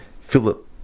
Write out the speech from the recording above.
Philip